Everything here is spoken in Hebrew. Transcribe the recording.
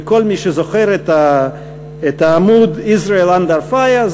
וכל מי שזוכר את העמוד Israel Under Fire,